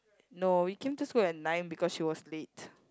no we came to school at nine because she was late